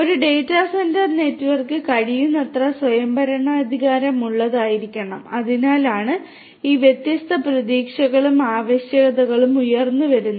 ഒരു data centre network കഴിയുന്നത്ര സ്വയംഭരണാധികാരമുള്ളതായിരിക്കണം അതിനാലാണ് ഈ വ്യത്യസ്ത പ്രതീക്ഷകളും ആവശ്യകതകളും ഉയർന്നുവരുന്നത്